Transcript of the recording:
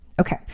Okay